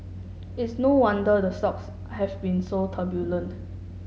it is no wonder the stocks have been so turbulent